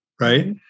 right